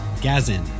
Gazin